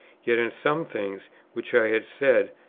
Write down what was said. yet in some things which i had said,